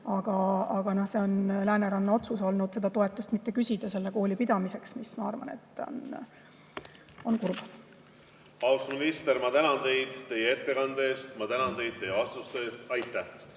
Aga see on Lääneranna valla otsus seda toetust mitte küsida selle kooli pidamiseks. Ma arvan, et see on kurb. Austatud minister, ma tänan teid teie ettekande eest! Ma tänan teid teie vastuste eest! Aitäh!